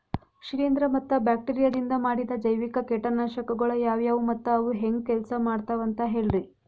ಶಿಲೇಂಧ್ರ ಮತ್ತ ಬ್ಯಾಕ್ಟೇರಿಯದಿಂದ ಮಾಡಿದ ಜೈವಿಕ ಕೇಟನಾಶಕಗೊಳ ಯಾವ್ಯಾವು ಮತ್ತ ಅವು ಹೆಂಗ್ ಕೆಲ್ಸ ಮಾಡ್ತಾವ ಅಂತ ಹೇಳ್ರಿ?